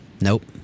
nope